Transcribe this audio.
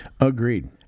Agreed